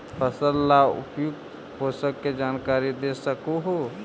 फसल ला उपयुक्त पोषण के जानकारी दे सक हु?